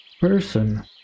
person